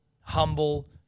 humble